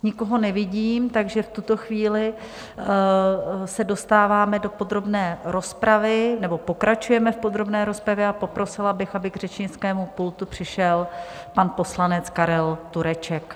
Nikoho nevidím, takže v tuto chvíli se dostáváme do podrobné rozpravy nebo pokračujeme v podrobné rozpravě a poprosila bych, aby k řečnickému pultu přišel pan poslanec Karel Tureček.